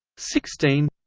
sixteen